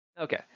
Okay